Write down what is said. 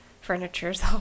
Furniture's